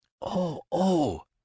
oh-oh